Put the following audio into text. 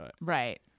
Right